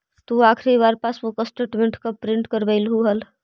तु आखिरी बार पासबुक स्टेटमेंट कब प्रिन्ट करवैलु हल